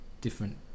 different